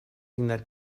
pointing